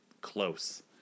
close